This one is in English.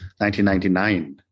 1999